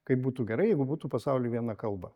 kaip būtų gerai jeigu būtų pasauly viena kalba